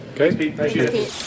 Okay